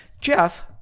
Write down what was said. Jeff